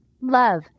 Love